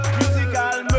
musical